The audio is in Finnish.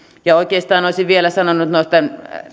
oikeastaan olisin vielä sanonut näitten